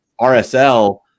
RSL